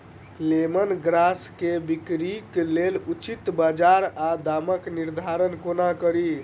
Lemon grass केँ बिक्रीक लेल उचित बजार आ दामक निर्धारण कोना कड़ी?